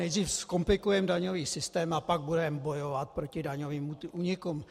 Nejdříve zkomplikujeme daňový systém, a pak budeme bojovat proti daňovým únikům.